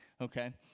okay